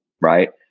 Right